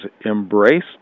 embrace